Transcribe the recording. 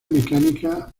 mecánica